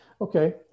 okay